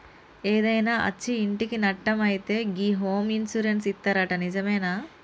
ఏదైనా అచ్చి ఇంటికి నట్టం అయితే గి హోమ్ ఇన్సూరెన్స్ ఇత్తరట నిజమేనా